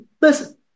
listen